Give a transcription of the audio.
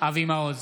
אבי מעוז,